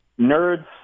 nerds